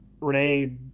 Renee